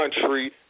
country